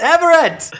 Everett